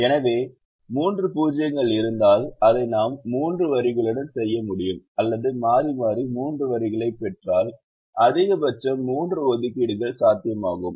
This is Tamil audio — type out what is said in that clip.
எனவே மூன்று 0 கள் இருந்தால் அதை நாம் மூன்று வரிகளுடன் செய்ய முடியும் அல்லது மாறி மாறி மூன்று வரிகளைப் பெற்றால் அதிகபட்சம் மூன்று ஒதுக்கீடுகள் சாத்தியமாகும்